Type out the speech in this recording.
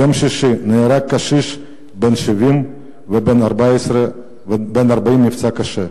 ביום שישי נהרג קשיש בן 70, ובן 40 נפצע קשה,